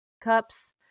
cups